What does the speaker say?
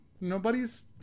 Nobody's